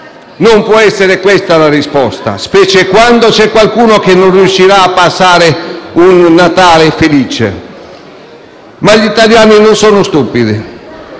Non può essere questa la risposta, specie quando c'è qualcuno che non riuscirà a passare un Natale felice. Gli italiani però non sono stupidi